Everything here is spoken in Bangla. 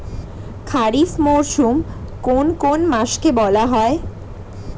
খারিফ মরশুম কোন কোন মাসকে বলা হয়?